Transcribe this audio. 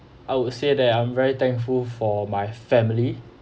I would say that I'm very thankful for my family